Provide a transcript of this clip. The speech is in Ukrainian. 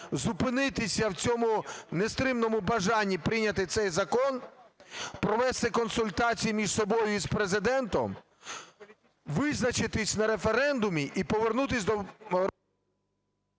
зупинитися в цьому нестримному бажанні прийняти цей закон, провести консультації між з собою і з Президентом, визначитись на референдумі і повернутись до…